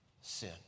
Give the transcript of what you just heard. sin